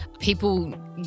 People